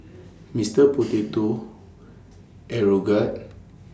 Mister Potato Aeroguard